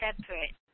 separate